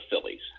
Phillies